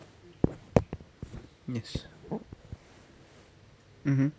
yes mmhmm